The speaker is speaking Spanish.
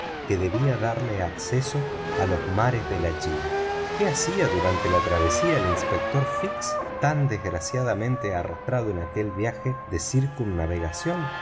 que debía darle acceso a los mares de la china qué hacía durante la travesía el inspector fix tan desgraciadamente arrastrado en aquel viaje de